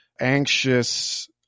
anxious